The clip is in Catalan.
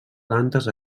plantes